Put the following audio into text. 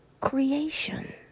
creation